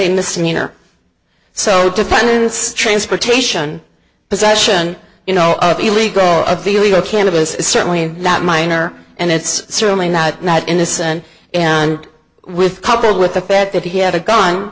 a misdemeanor so dependence transportation possession you know of illegal or a feeling of cannabis is certainly not minor and it's certainly not not innocent and with coupled with the fact that he had a gun